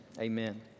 Amen